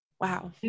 wow